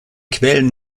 quellen